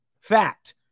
Fact